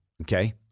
Okay